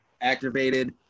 activated